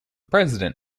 president